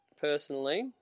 personally